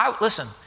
Listen